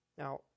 Now